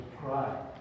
cry